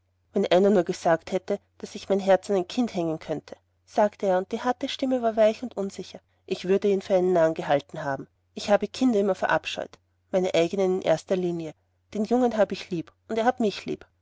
wenn einer mir gesagt hätte daß ich mein herz an ein kind hängen könnte sagte er und die harte stimme war schwach und unsicher ich würde ihn für einen narren gehalten haben ich habe kinder immer verabscheut meine eignen in erster linie den jungen habe ich lieb und er hat mich lieb